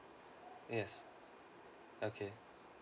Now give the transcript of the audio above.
yes okay